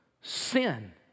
sin